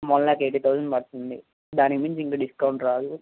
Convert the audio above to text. one lakh eighty thousand పడుతుంది దానికి మించి ఇంక డిస్కౌంట్ రాదు